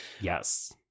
yes